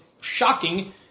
shocking